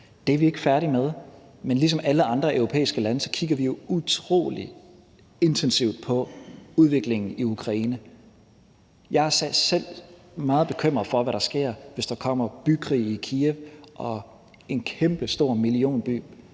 Det er vi ikke færdige med, men ligesom alle andre europæiske lande kigger vi utrolig intensivt på udviklingen i Ukraine. Jeg er selv meget bekymret for, hvad der sker, hvis der kommer bykrig i Kyiv og en kæmpestor millionby